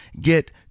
get